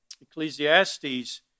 Ecclesiastes